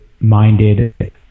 minded